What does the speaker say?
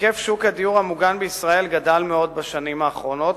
היקף שוק הדיור המוגן בישראל גדל מאוד בשנים האחרונות,